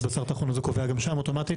בשר טחון אז הוא קובע גם שם אוטומטית?